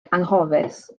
anghofus